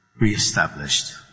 reestablished